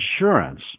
insurance